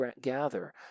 gather